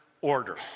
order